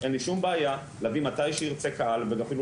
אין לי שום בעיה להביא מתי שירצה קהל ואפילו